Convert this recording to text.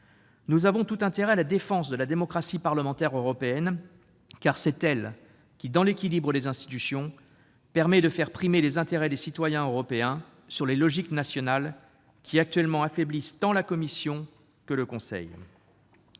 Nous avons tout intérêt à la défense de la démocratie parlementaire européenne, car c'est elle qui, dans l'équilibre des institutions, permet de faire primer les intérêts des citoyens européens sur les logiques nationales qui, actuellement, affaiblissent tant la Commission que le Conseil.